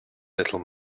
little